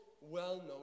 well-known